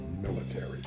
military